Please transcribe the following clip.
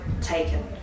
taken